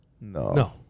No